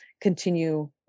continue